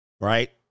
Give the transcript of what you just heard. right